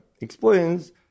explains